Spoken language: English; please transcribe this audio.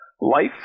Life